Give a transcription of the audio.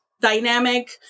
dynamic